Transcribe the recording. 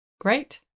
great